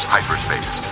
Hyperspace